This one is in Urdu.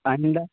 آئندہ